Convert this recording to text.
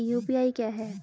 UPI क्या है?